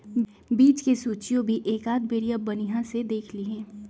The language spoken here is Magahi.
बीज के सूचियो भी एकाद बेरिया बनिहा से देख लीहे